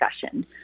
discussion